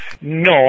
No